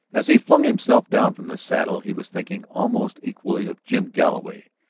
as he flung himself down from the saddle he was thinking almost equally of jim galloway,